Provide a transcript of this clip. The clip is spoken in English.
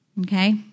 Okay